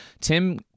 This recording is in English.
Tim